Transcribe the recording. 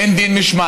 אין דין משמעתי,